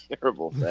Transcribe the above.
terrible